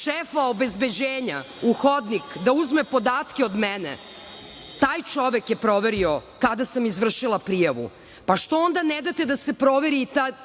šefa obezbeđenja u hodnik da uzme podatke od mene. Taj čovek je proverio kada sam izvršila prijavu. Pa, što onda ne date da se proveri i ta